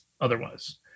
otherwise